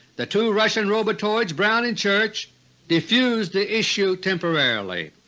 the two russian robotoids brown and church defused the issue temporarily.